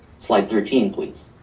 slide thirteen, please.